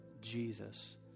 Jesus